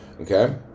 Okay